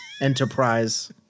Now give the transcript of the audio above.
enterprise